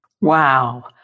Wow